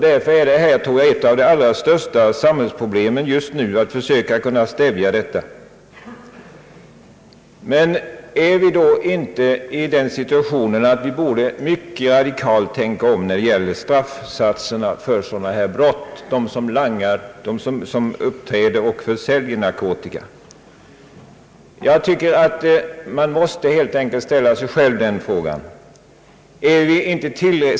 Därför tror jag att försöken att stävja narkotikamissbruket just nu är en av våra största samhällsfrågor. Är vi då inte i den situationen att vi borde mycket radikalt tänka om när det gäller straffsatserna för dem som försäljer narkotika? Man måste ställa sig själv den frågan.